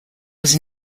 was